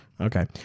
Okay